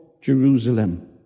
jerusalem